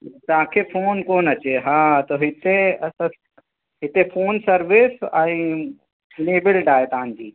तव्हांखे फ़ोन कोन अचे हा त हिते असां हिते फ़ोन सर्विस आहे लेबिल्ड आहे तव्हांजी